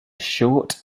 short